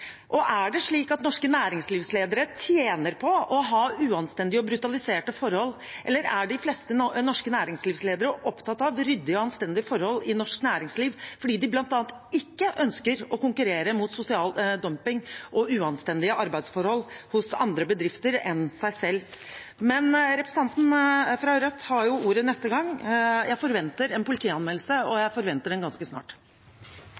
Og er det slik at norske næringslivsledere tjener på å ha uanstendige og brutaliserte forhold? Eller er de fleste norske næringslivsledere opptatt av ryddige og anstendige forhold i norsk næringsliv fordi de bl.a. ikke ønsker å konkurrere mot sosial dumping og uanstendige arbeidsforhold hos andre bedrifter enn seg selv? Representanten fra Rødt får ordet nå, og jeg forventer en politianmeldelse, og jeg forventer den ganske snart.